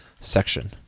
section